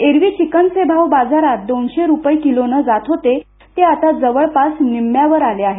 एरव्ही चिकनचे भाव बाजारात दोनशे रुपये किलोने जात होते ते आता जवळपास निम्म्यावर आले आहेत